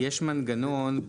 יש מנגנון,